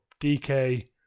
DK